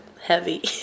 heavy